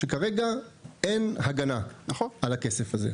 שכרגע אין הגנה על הכסף הזה.